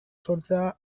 sortzea